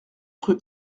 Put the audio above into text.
rue